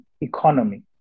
economy